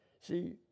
See